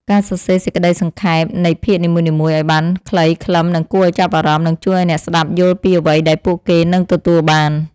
ការសរសេរសេចក្តីសង្ខេបនៃភាគនីមួយៗឱ្យបានខ្លីខ្លឹម និងគួរឱ្យចាប់អារម្មណ៍នឹងជួយឱ្យអ្នកស្តាប់យល់ពីអ្វីដែលពួកគេនឹងទទួលបាន។